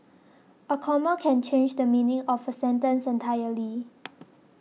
a comma can change the meaning of a sentence entirely